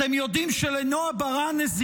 אתם יודעים שלנועה ברנס,